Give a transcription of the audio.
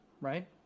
right